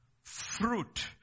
Fruit